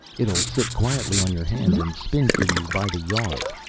it'll sit quietly on your hand and spin for you by the yard.